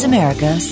America